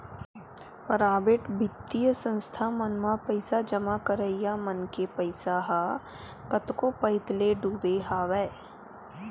private बित्तीय संस्था मन म पइसा जमा करइया मन के पइसा ह कतको पइत ले डूबे हवय